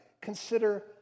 consider